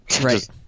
right